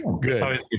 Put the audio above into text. Good